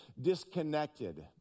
disconnected